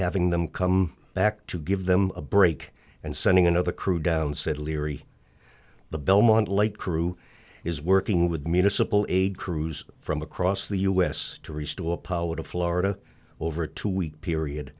having them come back to give them a break and sending another crew down said larry the belmont light crew is working with municipal aid crews from across the u s to restore power to florida over a two week period